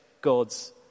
God's